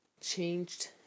changed